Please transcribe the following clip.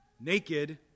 naked